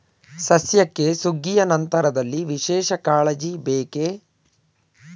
ಸಸ್ಯಕ್ಕೆ ಸುಗ್ಗಿಯ ನಂತರದಲ್ಲಿ ವಿಶೇಷ ಕಾಳಜಿ ಬೇಕೇ?